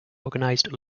organized